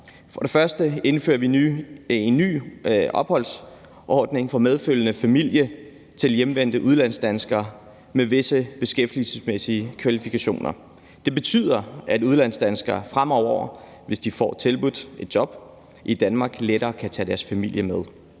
Først indfører vi en ny opholdsordning for medfølgende familie til hjemvendte udlandsdanskere med visse beskæftigelsesmæssige kvalifikationer. Det betyder, at udenlandsdanskere fremover, hvis de får tilbudt et job i Danmark, lettere kan tage deres familie med.